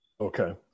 Okay